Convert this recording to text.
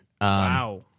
Wow